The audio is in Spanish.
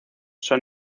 son